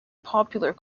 popular